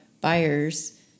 buyers